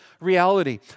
reality